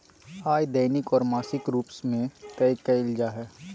आय दैनिक और मासिक रूप में तय कइल जा हइ